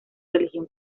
religión